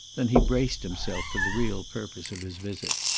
then he braced himself for the real purpose of his visit.